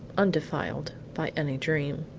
undefiled by any dream.